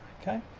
okay?